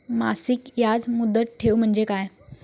मासिक याज मुदत ठेव म्हणजे काय?